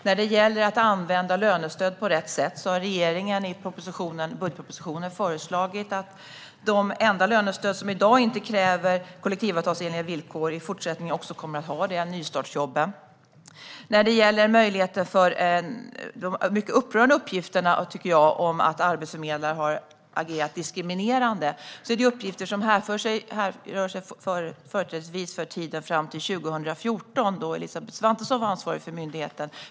När det gäller att använda lönestöd på rätt sätt har regeringen i budgetpropositionen föreslagit att de enda lönestöd som i dag inte kräver kollektivavtalsenliga villkor i fortsättningen kommer att göra det; det gäller nystartsjobben. När det gäller de mycket upprörande uppgifterna om att arbetsförmedlare har agerat diskriminerande hänför de sig företrädesvis till tiden fram till 2014, då Elisabeth Svantesson var ansvarig för myndigheten.